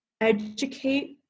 educate